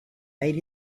made